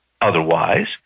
Otherwise